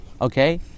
okay